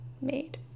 made